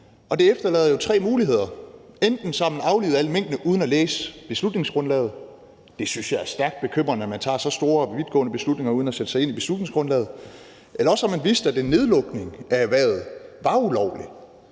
Det efterlader jo tre muligheder: Enten så har man aflivet alle minkene uden at læse beslutningsgrundlaget – jeg synes, det er stærkt bekymrende, at man tager så store og vidtgående beslutninger uden at sætte sig ind i beslutningsgrundlaget – eller også har man vidst, at en nedlukning af erhvervet var ulovlig.